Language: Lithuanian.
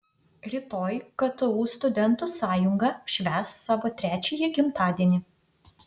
rytoj ktu studentų sąjunga švęs savo trečiąjį gimtadienį